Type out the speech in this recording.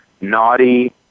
Naughty